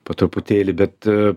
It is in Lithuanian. po truputėlį bet